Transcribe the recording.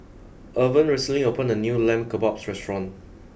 Irven recently opened a new Lamb Kebabs restaurant